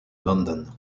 london